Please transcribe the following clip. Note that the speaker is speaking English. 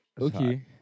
Okay